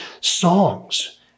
songs